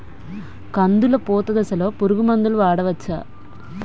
కందులు పూత దశలో పురుగు మందులు వాడవచ్చా?